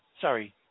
Sorry